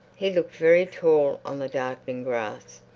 he looked very tall on the darkening grass,